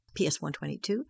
PS122